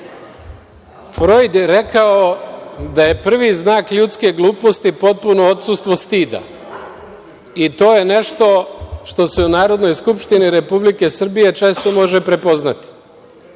je rekao da je prvi znak ljudske gluposti potpuno odsustvo stida. I to je nešto što se u Narodnoj skupštini Republike Srbije često može prepoznati. Mnogi